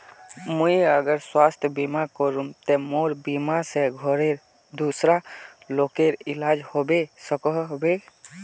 मुई अगर स्वास्थ्य बीमा करूम ते मोर बीमा से घोरेर दूसरा लोगेर इलाज होबे सकोहो होबे?